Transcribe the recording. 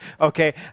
Okay